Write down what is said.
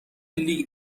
لیگ